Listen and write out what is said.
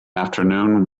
afternoon